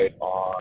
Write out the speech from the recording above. on